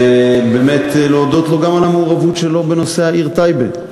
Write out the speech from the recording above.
ובאמת להודות לו גם על המעורבות שלו בנושא העיר טייבה.